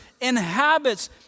inhabits